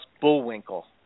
Bullwinkle